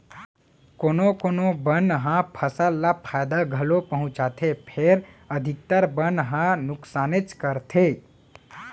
कोना कोनो बन ह फसल ल फायदा घलौ पहुँचाथे फेर अधिकतर बन ह नुकसानेच करथे